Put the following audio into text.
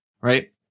Right